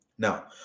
Now